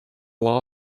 law